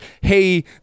hey